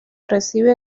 recibe